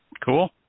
Cool